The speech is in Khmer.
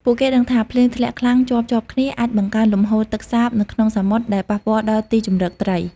ពួកគេដឹងថា ភ្លៀងធ្លាក់ខ្លាំងជាប់ៗគ្នា អាចបង្កើនលំហូរទឹកសាបទៅក្នុងសមុទ្រ ដែលប៉ះពាល់ដល់ទីជម្រកត្រី។